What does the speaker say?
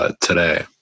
today